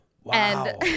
Wow